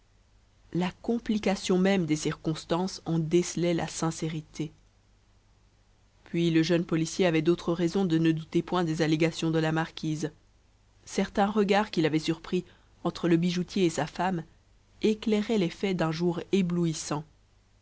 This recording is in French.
la complication même des circonstances en décelait la sincérité puis le jeune policier avait d'autres raisons de ne douter point des allégations de la marquise certain regard qu'il avait surpris entre le bijoutier et sa femme éclairait les faits d'un jour